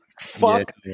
Fuck